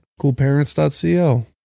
Coolparents.co